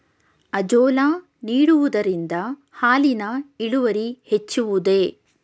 Azolla ನೀಡುವುದರಿಂದ ಹಾಲಿನ ಇಳುವರಿ ಹೆಚ್ಚುವುದೇ?